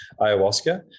ayahuasca